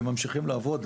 הג'וינט ממשיכים לעבוד,